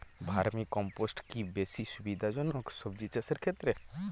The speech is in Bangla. ভার্মি কম্পোষ্ট কি বেশী সুবিধা জনক সবজি চাষের ক্ষেত্রে?